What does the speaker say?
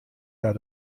out